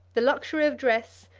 the luxury of dress,